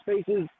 spaces